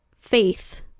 faith